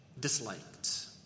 disliked